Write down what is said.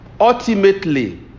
ultimately